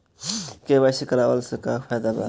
KYC करवला से का का फायदा बा?